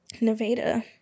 Nevada